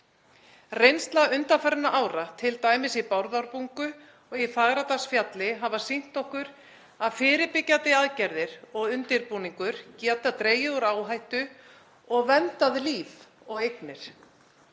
Reynsla undanfarinna ára, t.d. í Bárðarbungu og í Fagradalsfjalli, hafa sýnt okkur að fyrirbyggjandi aðgerðir og undirbúningur geta dregið úr áhættu og verndað líf og eignir.